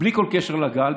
בלי כל קשר לגל,